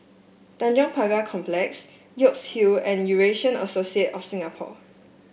Tanjong Pagar Complex York Hill and Eurasian Associate of Singapore